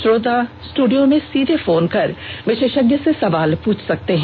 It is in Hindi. श्रोता स्टूडियो में सीधे फोन कर विशेषज्ञ से सवाल पूछ सकते हैं